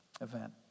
event